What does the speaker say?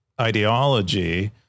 ideology